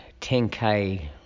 10K